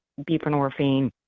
buprenorphine